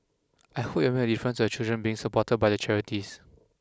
I hope it will make a difference to the children being supported by the charities